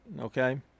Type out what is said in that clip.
okay